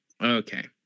Okay